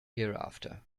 hereafter